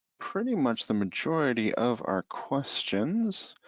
pretty much the majority of our questions.